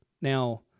Now